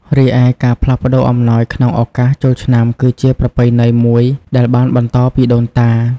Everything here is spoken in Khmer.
រីឯការផ្លាស់ប្តូរអំណោយក្នុងឱកាសចូលឆ្នាំ គឺជាប្រពៃណីមួយដែលបានបន្តពីដូនតា។